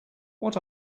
what